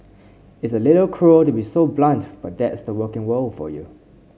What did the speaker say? it's a little cruel to be so blunt but that's the working world for you